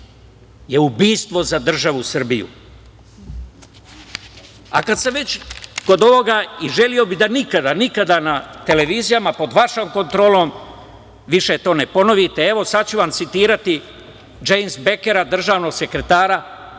je ubistvo za državu Srbiju. Kad sam već kod ovoga i želeo bih da nikada, nikada na televizijama pod vašom kontrolom više to ne ponovite, evo, sad ću vam citirati Džejms Bejkera, državnog sekretara